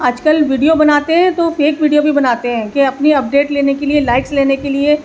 آج کل ویڈیو بناتے ہیں تو فیک ویڈیو بھی بناتے ہیں کہ اپنی اپڈیٹ لینے کے لیے لائکس لینے کے لیے